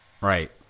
Right